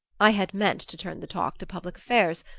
i had meant to turn the talk to public affairs,